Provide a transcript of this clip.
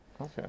okay